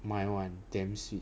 mine [one] damn sweet